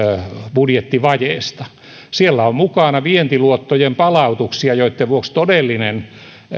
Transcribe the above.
budjettivajeesta siellä on mukana vientiluottojen palautuksia joitten vuoksi todellinen